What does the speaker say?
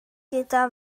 gyda